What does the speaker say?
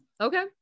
okay